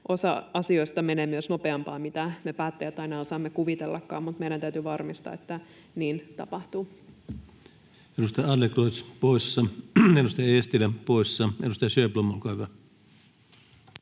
osa asioista menee myös nopeampaa kuin mitä me päättäjät aina osaamme kuvitellakaan, mutta meidän täytyy varmistaa, että niin tapahtuu. Edustaja Adlercreutz poissa, edustaja Eestilä poissa. — Edustaja Sjöblom, olkaa hyvä.